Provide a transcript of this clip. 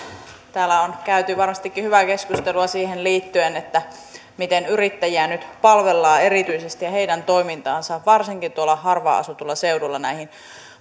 täällä on käyty varmastikin hyvää keskustelua siihen liittyen miten erityisesti yrittäjiä nyt palvellaan ja heidän toimintaansa varsinkin harvaan asutuilla seuduilla tähän